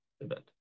event